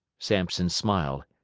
sampson smiled.